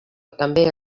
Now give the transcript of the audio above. també